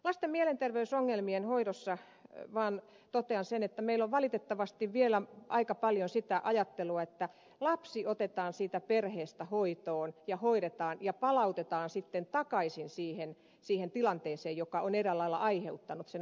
lasten mielenterveysongelmien hoidosta totean vaan sen että meillä on valitettavasti vielä aika paljon sitä ajattelua että lapsi otetaan siitä perheestä hoitoon ja hoidetaan ja palautetaan sitten takaisin siihen tilanteeseen joka on eräällä lailla aiheuttanut sen ongelman